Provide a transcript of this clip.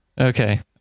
Okay